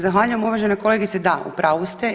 Zahvaljujem uvažena kolegice, da u pravu ste.